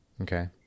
Okay